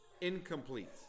incomplete